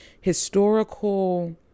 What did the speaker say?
historical